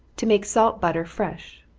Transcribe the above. to make salt butter fresh.